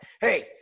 Hey